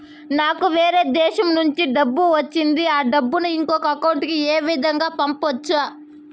నాకు వేరే దేశము నుంచి డబ్బు వచ్చింది ఆ డబ్బును ఇంకొక అకౌంట్ ఏ విధంగా గ పంపొచ్చా?